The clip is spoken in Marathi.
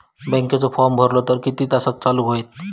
बँकेचो फार्म भरलो तर किती तासाक चालू होईत?